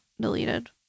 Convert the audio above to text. deleted